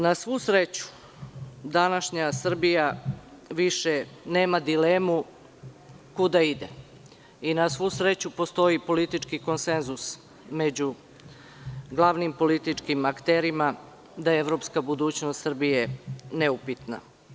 Na svu sreću današnja Srbija više nema dilemu kuda ide i na svu sreću postoji politički konsenzus među glavnim političkim akterima da evropska budućnost Srbije neupitna.